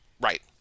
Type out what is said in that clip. Right